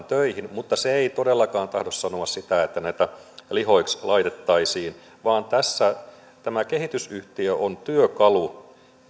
töihin mutta se ei todellakaan tahdo sanoa sitä että näitä lihoiksi laitettaisiin vaan tässä tämä kehitysyhtiö on työkalu